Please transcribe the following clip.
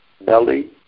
belly